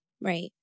Right